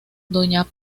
doña